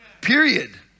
period